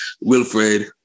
Wilfred